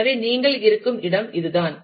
எனவே நீங்கள் இருக்கும் இடம் இதுதான்